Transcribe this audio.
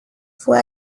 fue